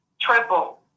triple